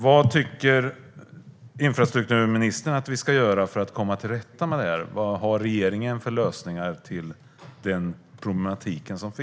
Vad tycker infrastrukturministern att vi ska göra för att komma till rätta med frågan? Vad har regeringen för förslag till lösningar på detta problem?